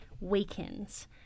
weekends